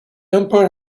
empire